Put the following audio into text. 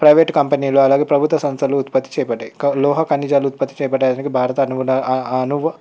private కంపెనీలో అలాగే ప్రభుత్వ సంస్థలు ఉత్పత్తి చేపట్టాయి లోహ ఖనిజాలు ఉత్పత్తి చేపట్టాయి భారత అనువన అనువా